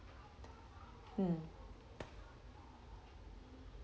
mm